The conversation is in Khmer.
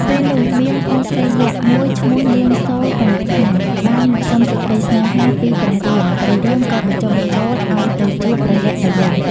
ពេលនោះមានប្អូនស្រីយក្សមួយឈ្មោះនាង សូរបនខា បានមកសុំសេចក្តីស្នេហាពីព្រះរាម ព្រះរាមក៏បញ្ចុះបញ្ចូលឱ្យទៅជួបព្រះលក្សណ៍ទៅវិញ។